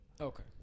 Okay